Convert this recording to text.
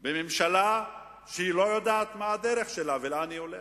בממשלה שלא יודעת מה הדרך שלה ולאן היא הולכת.